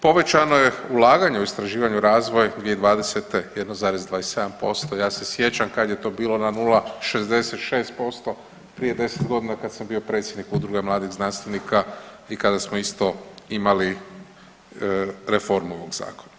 Povećano je ulaganje u istraživanje i razvoj 2020. 1,27%, ja se sjećam kad je to bilo na 0,66% prije 10 godina kad sam bio predsjednik Udruge mladih znanstvenika i kada smo isto imali reformu ovog Zakona.